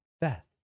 Beth